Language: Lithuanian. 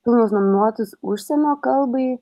filmus nominuotus užsienio kalbai